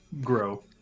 grow